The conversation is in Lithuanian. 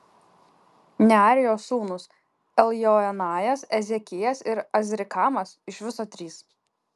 nearijos sūnūs eljoenajas ezekijas ir azrikamas iš viso trys